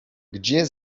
gdzie